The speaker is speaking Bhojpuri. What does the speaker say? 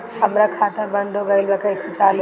हमार खाता बंद हो गइल बा कइसे चालू होई?